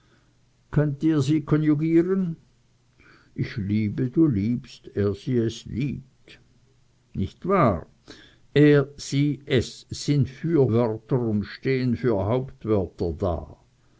könnet ihr sie konjugieren ich liebe du liebst er sie es liebt nicht wahr er sie es sind fürwörter und stehen für hauptwörter da